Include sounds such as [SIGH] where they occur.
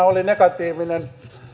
[UNINTELLIGIBLE] oli negatiivinen